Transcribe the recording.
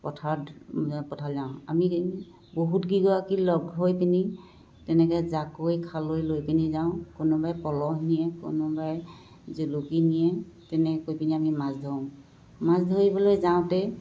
পথাৰত পথাৰলৈ যাওঁ আমি বহুত কেইগৰাকী লগ হৈ পিনি তেনেকৈ জাকৈ খালৈ লৈ পিনি যাওঁ কোনোবাই পলহ নিয়ে কোনোবাই জুলুকি নিয়ে তেনেকৈ কৈ পিনি আমি মাছ ধৰোঁ মাছ ধৰিবলৈ যাওঁতে